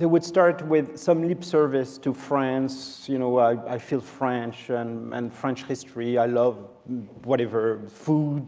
they would start with some lip service to france. you know, i feel french, and and french history i love whatever food